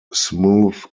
smooth